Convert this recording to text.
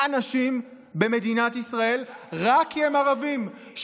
אנשים במדינת ישראל רק כי הם ערבים,